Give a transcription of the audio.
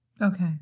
Okay